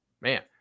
Man